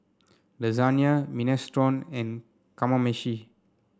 Lasagna Minestrone and Kamameshi